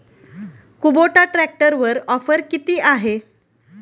Kubota ट्रॅक्टरवर offer किती आहे?